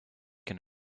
can